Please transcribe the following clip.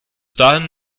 dahin